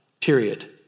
period